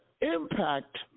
impact